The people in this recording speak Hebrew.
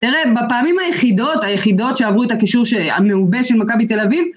תראה, בפעמים היחידות, היחידות שעברו את הקישור המעובה של מכבי תל אביב